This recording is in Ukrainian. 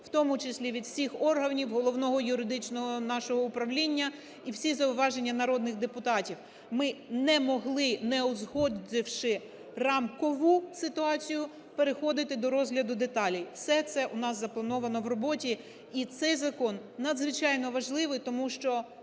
в тому числі від всіх органів, Головного юридичного нашого управління, і всі зауваження народних депутатів. Ми не могли, не узгодивши рамкову ситуацію, переходити до розгляду деталей. Все це у нас заплановано в роботі. І цей закон надзвичайно важливий, тому що